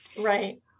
right